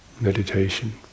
meditation